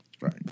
Right